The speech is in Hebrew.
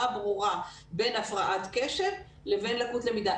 ברורה בין הפרעת קשב לבין לקות למידה.